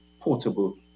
portable